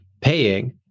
paying